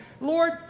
Lord